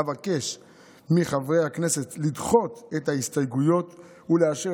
אבקש מחברי הכנסת לדחות את ההסתייגויות ולאשר